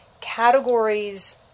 categories